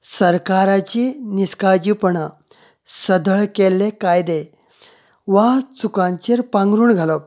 सरकाराची निस्काळजीपणां सदळ केल्ले कायदे वा चुकांचेर पांघरूण घालप